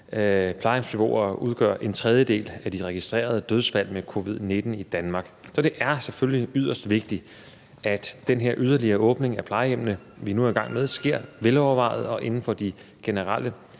plejehjemsbeboere udgør en tredjedel af de registrerede dødsfald med covid-19 i Danmark. Så det er selvfølgelig yderst vigtigt, at den her yderligere åbning af plejehjemmene, vi nu er i gang med, sker velovervejet og inden for de generelle